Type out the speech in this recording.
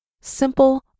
simple